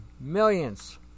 millions